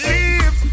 Leave